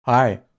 Hi